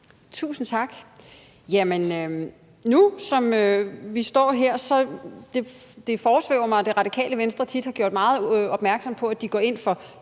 Tusind tak. Nu, som vi står her, foresvæver det mig, at Det Radikale Venstre tit har gjort meget opmærksom på, at de går ind for